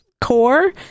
core